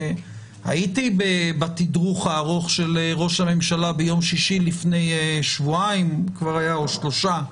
הייתי בתדרוך הארוך של ראש הממשלה ביום שישי לפני שבועיים או שלושה.